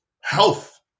health